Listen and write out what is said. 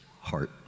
heart